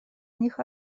них